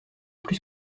plus